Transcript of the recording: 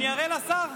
אני אראה לשר.